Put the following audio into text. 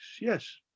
yes